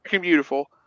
Beautiful